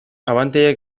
abantailak